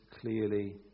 clearly